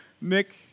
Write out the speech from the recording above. Nick